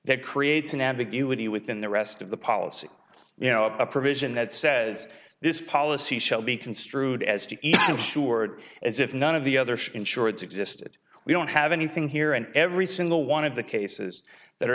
that creates an ambiguity within the rest of the policy you know of a provision that says this policy shall be construed as to ensure as if none of the other insurance existed we don't have anything here and every single one of the cases that are